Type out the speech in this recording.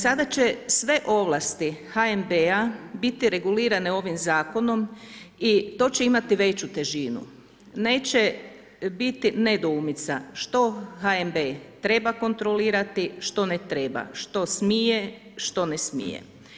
Sada će sve ovlasti HNB-a biti regulirane ovim zakonom i to će imati veću težinu, neće biti nedoumica što HNB treba kontrolirati, što ne treba, što smije, što ne smije.